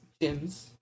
Gyms